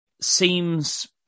seems